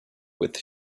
with